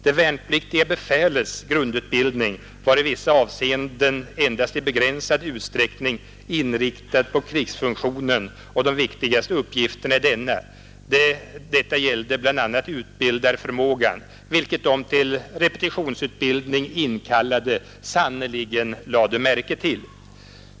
Det värnpliktiga befälets grundutbildning var i vissa avseenden endast i begränsad utsträckning inriktad på krigsfunktionen och de viktigaste uppgifterna i denna. Detta gällde bl.a. utbildarförmågan, vilket de till repetitionsutbildning inkallade sannerligen lade märke till.